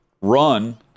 run